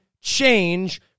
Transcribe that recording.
change